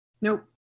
Nope